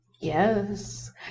yes